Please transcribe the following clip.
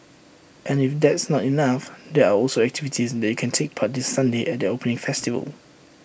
and if that's not enough there are also activities that you can take part this Sunday at their opening festival